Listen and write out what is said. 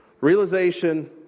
realization